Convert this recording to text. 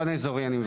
את האיזונים.